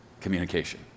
communication